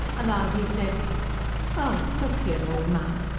aloud he said well, look here, old man,